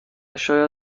شاید